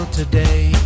today